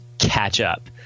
catch-up